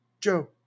Joe